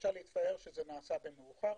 אפשר להצטער שזה נעשה במאוחר,